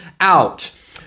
out